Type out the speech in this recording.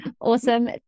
Awesome